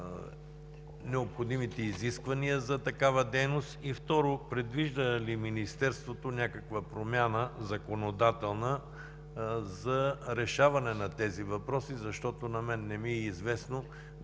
необходимите изисквания за такава дейност и, второ, предвижда ли Министерството някаква законодателна промяна за решаване на тези въпроси? Защото на мен не ми е известно да има